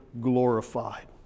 glorified